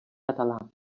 català